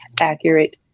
accurate